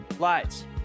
Lights